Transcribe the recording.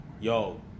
yo